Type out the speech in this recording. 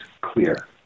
clear